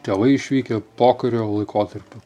tėvai išvykę pokario laikotarpiu